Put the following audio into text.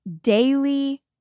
daily